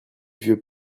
vieux